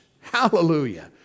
hallelujah